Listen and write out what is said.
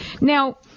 Now